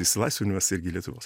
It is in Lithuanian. išsilaisvinimas irgi lietuvos